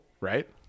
right